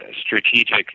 strategic